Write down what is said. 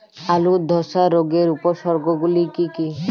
আলুর ধসা রোগের উপসর্গগুলি কি কি?